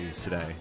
today